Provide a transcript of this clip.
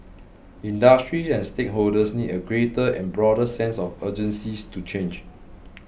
industries and stakeholders need a greater and broader sense of urgency to change